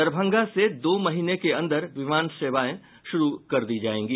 दरभंगा से दो महीने के अंदर विमान सेवाएं शुरू कर दी जायेगी